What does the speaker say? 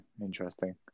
interesting